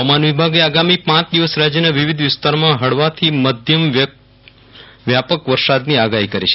હવામાન વિભાગે આગામી પાંચ દિવસ રાજ્યના વિવિધ વિસ્તારોમાં હળવાથી માધ્યમ વ્યાપક વરસાદની આગાહી કરી છે